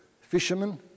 fishermen